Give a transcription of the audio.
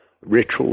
ritual